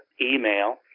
email